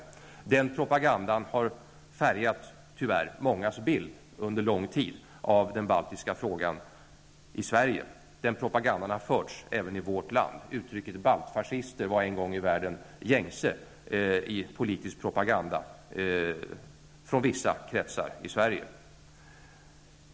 Den propagandan har under lång tid tyvärr färgat mångas bild av den baltiska frågan i Sverige. Den propagandan har förts även i vårt land. Uttrycket baltfascister var en gång i världen gängse i politisk propaganda från vissa kretsar i Sverige.